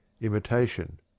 imitation